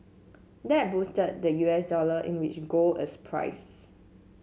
that boosted the U S dollar in which gold is priced